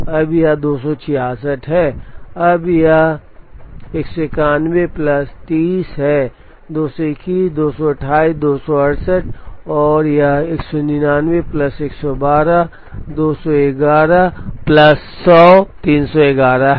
अब यह 266 है अब यह 191 प्लस 30 है 221 228 268 और यह 199 प्लस 112 211 प्लस 100 311 है